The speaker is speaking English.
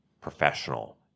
professional